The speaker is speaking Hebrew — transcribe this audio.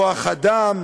כוח אדם,